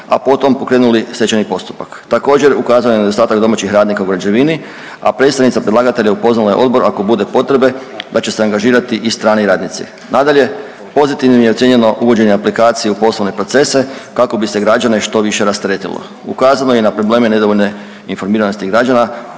a potom pokrenuli stečajni postupak. Također ukazano je na nedostatak domaćih radnika u građevini, a predstavnica predlagatelja upoznala je odbor ako bude potrebe da će se angažirati i strani radnici. Nadalje, pozitivnim je ocijenjeno uvođenje aplikacije u poslovne procese kako bi se građane što više rasteretilo. Ukazano je i na probleme nedovoljne informiranosti građana